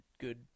good